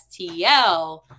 STL